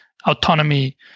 autonomy